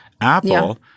Apple